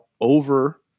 over